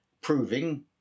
proving